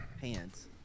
pants